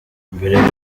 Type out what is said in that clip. mbere